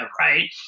right